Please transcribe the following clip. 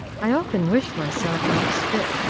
i often wished myself on a spit,